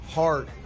heart